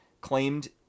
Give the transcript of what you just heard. claimed –